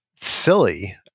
silly